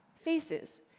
faces,